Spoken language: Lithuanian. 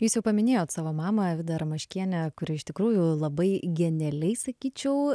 jūs jau paminėjot savo mamą vidą ramaškienę kuri iš tikrųjų labai genialiai sakyčiau